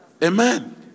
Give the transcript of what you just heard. Amen